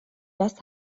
das